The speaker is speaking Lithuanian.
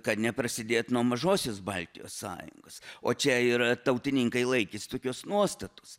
kad neprasidėt nuo mažosios baltijos sąjungos o čia yra tautininkai laikėsi tokios nuostatos